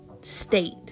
state